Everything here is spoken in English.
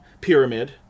pyramid